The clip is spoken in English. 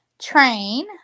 train